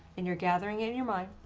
and you're gathering in your mind,